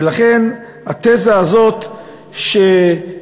ולכן, התזה הזאת שקיצוץ